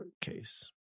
case